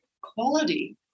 quality